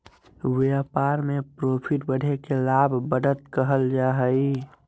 व्यापार में प्रॉफिट बढ़े के लाभ, बढ़त कहल जा हइ